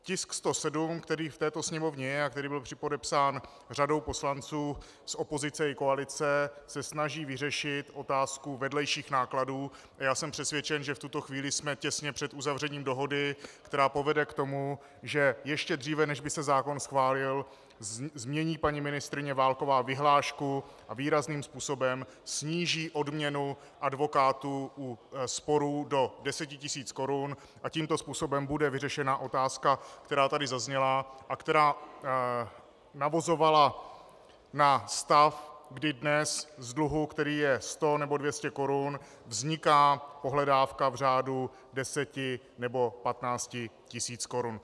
Tisk 107, který v této Sněmovně je a který byl připodepsán řadou poslanců z opozice i koalice, se snaží vyřešit otázku vedlejších nákladů a já jsem přesvědčen, že v tuto chvíli jsme těsně před uzavřením dohody, která povede k tomu, že ještě dříve, než by se zákon schválil, změní paní ministryně Válková vyhlášku a výrazným způsobem sníží odměnu advokátů u sporů do 10 tisíc korun a tímto způsobem bude vyřešena otázka, která tady zazněla a která navazovala na stav, kdy dnes z dluhu, který je 100 nebo 200 korun, vzniká pohledávka v řádku 10 nebo 15 tisíc korun.